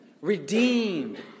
redeemed